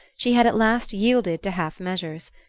she had at last yielded to half-measures.